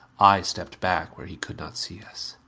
i stepped back where he could not see us.